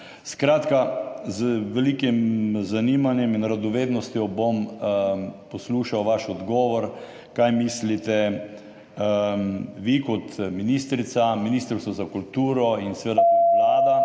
z velikim zanimanjem in radovednostjo bom poslušal vaš odgovor. Zanima me: Kaj mislite vi kot ministrica, Ministrstvo za kulturo in seveda tudi Vlada